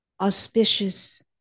auspicious